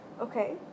okay